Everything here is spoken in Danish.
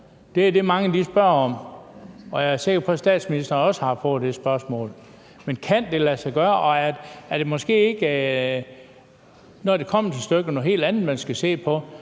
Det er det, mange spørger om, og jeg er sikker på, at statsministeren også har fået det spørgsmål. Men kan det lade sig gøre, og er det måske ikke, når det kommer til stykket, noget helt andet, man skal se på?